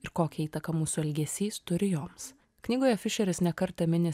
ir kokią įtaką mūsų elgesys turi joms knygoje fišeris ne kartą mini